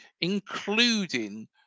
including